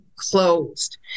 closed